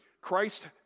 Christ